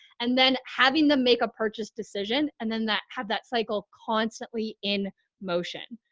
and then having them make a purchase decision and then that have that cycle constantly in motion.